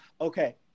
okay